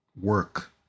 work